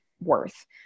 worth